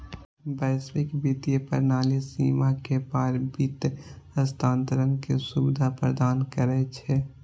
वैश्विक वित्तीय प्रणाली सीमा के पार वित्त हस्तांतरण के सुविधा प्रदान करै छै